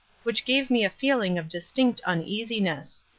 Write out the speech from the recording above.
which gave me a feeling of distinct uneasiness.